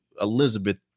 Elizabeth